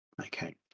Okay